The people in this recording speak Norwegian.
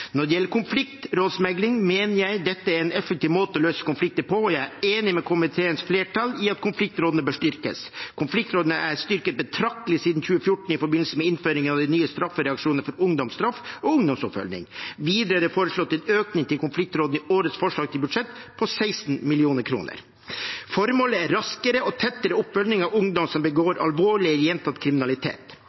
Når det gjelder konfliktrådsmegling, mener jeg det er en effektiv måte å løse konflikter på, og jeg er enig med komiteens flertall i at konfliktrådene bør styrkes. Konfliktrådene er styrket betraktelig siden 2014 i forbindelse med innføring av de nye straffereaksjonene ungdomsstraff og ungdomsoppfølging. Videre er det foreslått en økning på 16 mill. kr til konfliktrådene i årets forslag til budsjett. Formålet er raskere og tettere oppfølging av ungdom som begår alvorlig gjentatt kriminalitet.